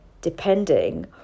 depending